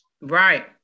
Right